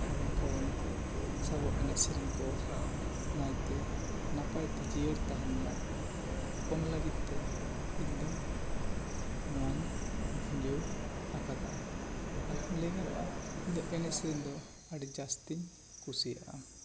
ᱫᱷᱚᱨᱚᱢ ᱠᱚᱨᱚᱢ ᱥᱟᱵᱚᱜ ᱮᱱᱮᱡ ᱥᱮᱨᱮᱧ ᱠᱚ ᱱᱟᱭ ᱛᱮ ᱱᱟᱯᱟᱭ ᱛᱮ ᱡᱤᱭᱟᱹᱲ ᱛᱟᱦᱮᱱ ᱢᱟ ᱚᱱᱟ ᱞᱟᱹᱜᱤᱫ ᱛᱮ ᱤᱧ ᱫᱚ ᱱᱚᱣᱟᱧ ᱵᱷᱩᱞᱟᱹᱣ ᱟᱠᱟᱫᱟ ᱟᱨ ᱦᱚᱸ ᱞᱟᱹᱭ ᱜᱟᱱᱚᱜᱼᱟ ᱤᱧ ᱫᱚ ᱮᱱᱮᱡ ᱥᱮᱨᱮᱧ ᱫᱚ ᱟᱹᱰᱤ ᱡᱟᱹᱥᱛᱤᱧ ᱠᱩᱥᱤᱭᱟᱜᱼᱟ